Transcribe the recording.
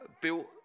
built